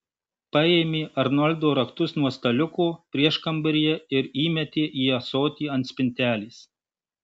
paėmė arnoldo raktus nuo staliuko prieškambaryje ir įmetė į ąsotį ant spintelės